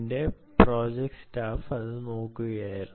എന്റെ project staff അത് നോക്കുകയായിരുന്നു